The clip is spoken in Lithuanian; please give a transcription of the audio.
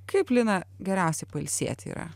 kaip lina geriausiai pailsėti yra